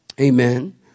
Amen